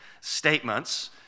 statements